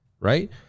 right